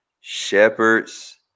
Shepherd's